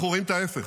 אנחנו רואים את ההפך.